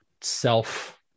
self